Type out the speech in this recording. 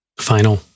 final